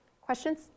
Questions